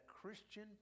Christian